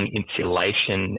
insulation